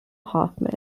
hoffman